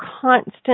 constant